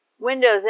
Windows